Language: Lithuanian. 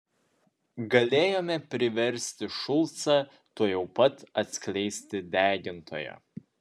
galėjome priversti šulcą tuojau pat atskleisti degintoją